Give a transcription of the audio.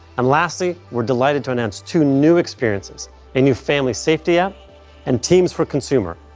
and lastly, we're delighted to announce two new experiences a new family safety app and teams for consumer.